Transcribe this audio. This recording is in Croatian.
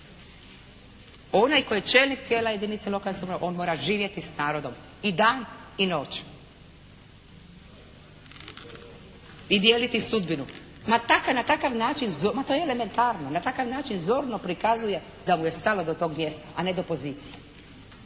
Onaj koji je čelnik tijela jedinica lokalne samouprave, on mora živjeti s narodom i dan i noć i dijeliti sudbinu. Na takav način, ma to je elementarno, na takav način zorno prikazuje da mu je stalo do tog mjesta, a ne do pozicije,